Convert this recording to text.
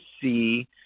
see